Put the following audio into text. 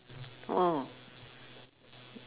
oh